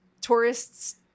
tourists